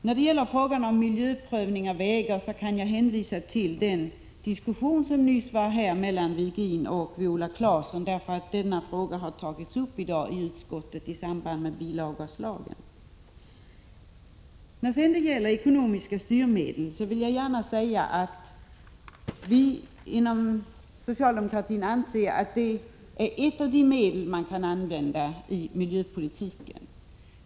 När det gäller frågan om miljöprövning av vägar kan jag hänvisa till den diskussion som här nyss fördes mellan Ivar Virgin och Viola Claesson— denna fråga har tagits upp i dag i samband med behandlingen av bilavgaslagen. När det gäller ekonomiska styrmedel vill jag gärna säga att vi inom socialdemokratin anser att det är ett av de medel man kan använda i miljöpolitiken.